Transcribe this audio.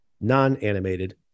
non-animated